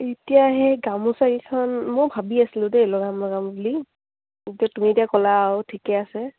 এতিয়া সেই গামোচাকেইখন মই ভাবি আছিলোঁ দেই লগাম লগাম বুলি এতিয়া তুমি এতিয়া ক'লা বাৰু ঠিকে আছে